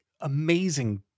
amazing